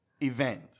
event